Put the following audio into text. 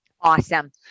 Awesome